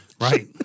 Right